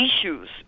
issues